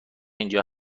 اینجا